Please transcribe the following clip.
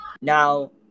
Now